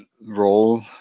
role